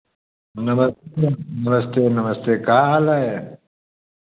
नमस्ते नमस्ते नमस्ते क्या हाल है